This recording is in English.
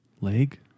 leg